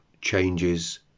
changes